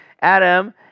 Adam